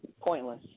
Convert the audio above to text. Pointless